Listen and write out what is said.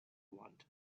want